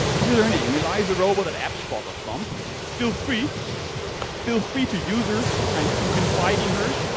this is her name elizarobot at appsbot dot com feel free feel free to use her and you can confide in her.